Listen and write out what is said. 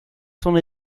son